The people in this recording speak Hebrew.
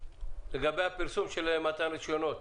לגבי הפרסום של הרישיונות